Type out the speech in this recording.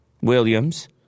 Williams